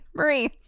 Marie